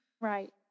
Right